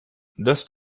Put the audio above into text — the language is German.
das